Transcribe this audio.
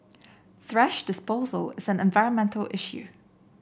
thrash disposal is an environmental issue